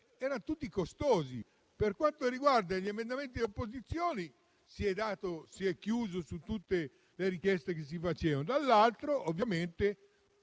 erano tutti costosi. Per quanto riguarda gli emendamenti delle opposizioni, si è chiuso su tutte le richieste che si facevano; mentre dall'altro lato